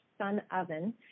sunoven